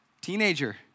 teenager